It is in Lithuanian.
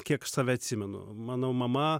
kiek aš save atsimenu mano mama